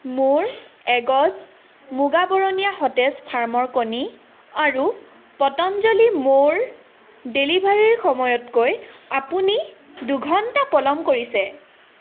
মোৰ এগ'জ মুগা বৰণীয়া সতেজ ফাৰ্মৰ কণী আৰু পতঞ্জলী মৌৰ ডেলিভাৰীৰ সময়তকৈ আপুনি দুঘণ্টা পলম কৰিছে